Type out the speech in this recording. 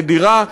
נדירה,